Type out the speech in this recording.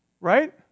right